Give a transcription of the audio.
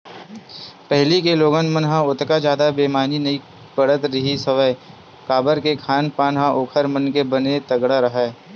पहिली के लोगन मन ह ओतका जादा बेमारी नइ पड़त रिहिस हवय काबर के खान पान ह ओखर मन के बने तगड़ा राहय